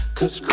Cause